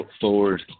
forward